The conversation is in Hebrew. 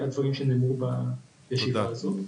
הדברים שנאמרו בישיבה הזאת.